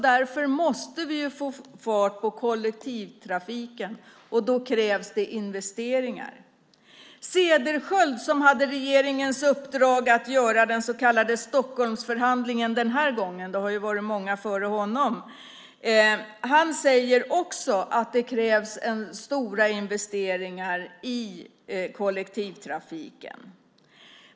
Därför måste vi få fart på kollektivtrafiken, och då krävs investeringar. Också Cederschiöld, som haft regeringens uppdrag att göra den så kallade Stockholmsförhandlingen den här gången - det har ju varit många före honom - säger att det krävs stora investeringar i kollektivtrafiken.